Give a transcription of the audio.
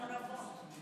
אנחנו רבות.